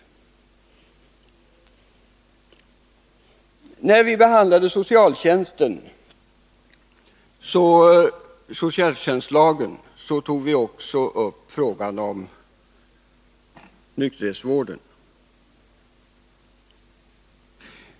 När vi behandlade socialtjänstlagen tog vi också upp frågan om nykterhetsvården.